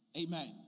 Amen